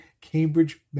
Cambridge